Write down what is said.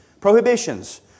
Prohibitions